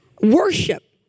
Worship